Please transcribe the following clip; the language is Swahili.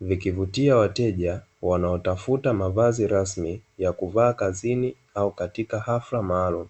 vikivutia wateja wanao wanaotafuta mavazi rasmi yakuvaa kazini au katika ghafra maalumu.